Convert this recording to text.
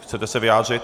Chcete se vyjádřit?